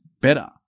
better